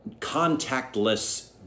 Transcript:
contactless